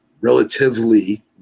relatively –